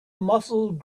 muffled